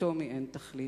לטומי אין תחליף.